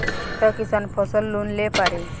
छोटा किसान फसल लोन ले पारी?